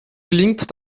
gelingt